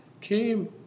came